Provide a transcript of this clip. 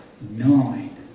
nine